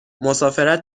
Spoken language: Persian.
مسافرت